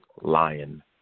Lion